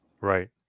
Right